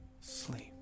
sleep